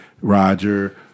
Roger